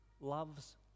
loves